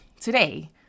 today